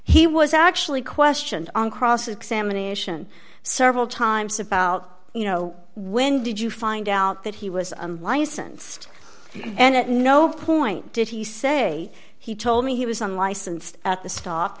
he was actually questioned on cross examination several times about you know when did you find out that he was liason and at no point did he say he told me he was unlicensed at the sto